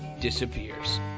disappears